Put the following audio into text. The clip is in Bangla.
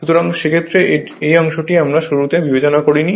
সুতরাং সেক্ষেত্রে এই অংশটিও আমরা শুরুতে বিবেচনা করিনি